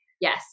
Yes